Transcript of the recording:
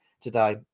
today